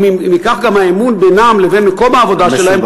ומכך גם האמון בינם לבין מקום העבודה שלהם,